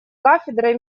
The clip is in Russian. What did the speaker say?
кафедрой